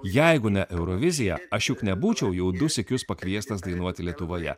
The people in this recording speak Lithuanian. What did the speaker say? jeigu ne euroviziją aš juk nebūčiau jau du sykius pakviestas dainuoti lietuvoje